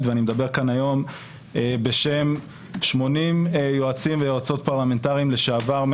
ואני מדבר פה היום בשם 80 יועצים ויועצות פרלמנטריים לשעבר,